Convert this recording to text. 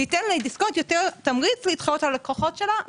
זה ייתן לדיסקונט יותר תמריץ להתחרות על הלקוחות שלו,